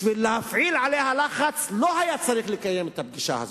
בשביל להפעיל עליה לחץ לא היה צריך לקיים את הפגישה הזאת.